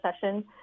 session